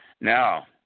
Now